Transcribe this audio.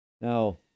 Now